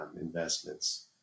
investments